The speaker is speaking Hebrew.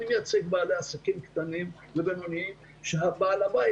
אני מייצג בעלי עסקים קטנים ובינוניים שהמעסיק